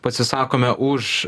pasisakome už